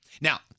Now